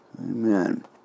Amen